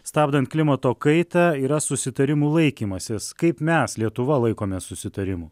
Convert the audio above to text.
stabdant klimato kaita yra susitarimų laikymasis kaip mes lietuva laikomės susitarimų